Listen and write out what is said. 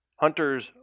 hunters